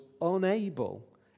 unable